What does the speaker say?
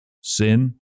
sin